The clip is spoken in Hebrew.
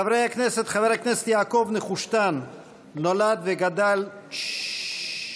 חברי הכנסת, יעקב נחושתן נולד וגדל, ששש.